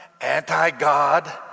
anti-God